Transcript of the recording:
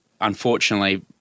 unfortunately